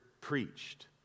preached